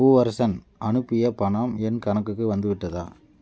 பூவரசன் அனுப்பிய பணம் என் கணக்குக்கு வந்துவிட்டதா